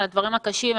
על הדברים הקשים,